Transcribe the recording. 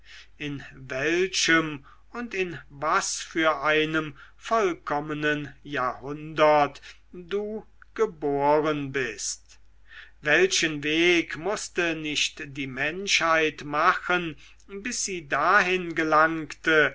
in welchem und in was für einem vollkommenen jahrhundert du geboren bist welchen weg mußte nicht die menschheit machen bis sie dahin gelangte